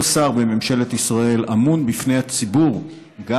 כל שר בממשלת ישראל אמון בפני הציבור גם